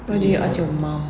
what do you ask your mum